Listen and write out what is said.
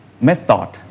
method